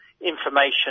information